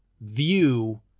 view